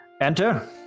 Enter